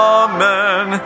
amen